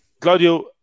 Claudio